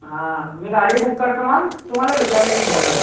हा मी गाडी बुक करतो मग तू मला भेटायला ये थोड्या वेळात